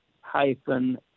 hyphen